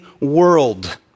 world